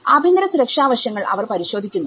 ആഭ്യന്തര സുരക്ഷ വശങ്ങൾ അവർ പരിശോധിക്കുന്നു